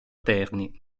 terni